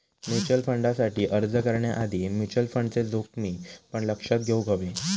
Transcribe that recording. mutual फंडसाठी अर्ज करण्याआधी म्युचल फंडचे जोखमी पण लक्षात घेउक हवे